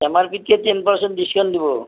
M R পিতকৈ ten percent discount দিব